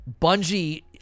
Bungie